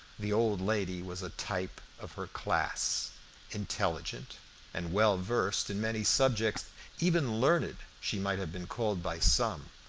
the old lady was a type of her class intelligent and well versed in many subjects even learned she might have been called by some.